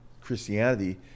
Christianity